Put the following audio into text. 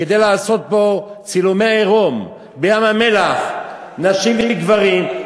כדי לעשות פה צילומי עירום בים-המלח, נשים וגברים.